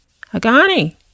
Agani